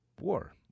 war